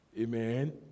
Amen